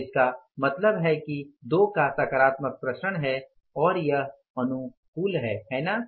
तो इसका मतलब है कि 2 का सकारात्मक विचरण है और यह अनुकूल है है ना